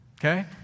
okay